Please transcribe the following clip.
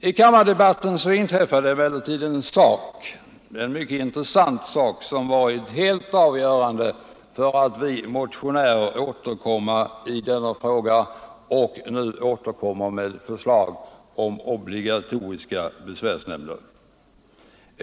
I kammardebatten inträffade emellertid en mycket intressant sak, som har varit helt avgörande för att vi motionärer återkommer i denna fråga och denna gång med förslag om obligatorisk besvärsnämnd.